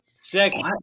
Second